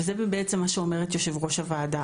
וזה בעצם מה שאומרת יושבת-ראש הוועדה.